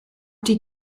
die